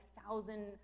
thousand